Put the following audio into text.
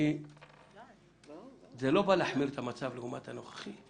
זה לא בא להחמיר את המצב לעומת המצב הנוכחי.